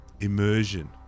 immersion